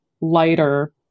lighter